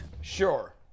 Sure